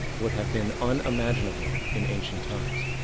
would have been unimaginable in times.